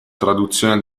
traduzione